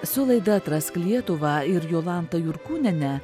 su laida atrask lietuvą ir jolanta jurkūniene